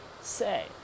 say